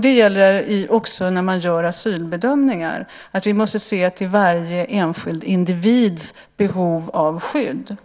Det gäller också när vi gör asylbedömningar att vi måste se till varje enskild individs behov av skydd.